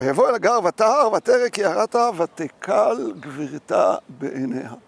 ויבוא אל הגר ותהר, ותרא כי הרתה ותקל גבירתה בעיניה.